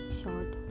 short